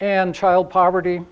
and child poverty